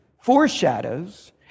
foreshadows